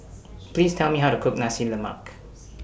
Please Tell Me How to Cook Nasi Lemak